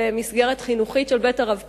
במסגרת חינוכית של בית הרב קוק,